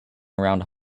around